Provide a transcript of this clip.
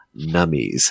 Nummies